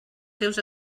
seus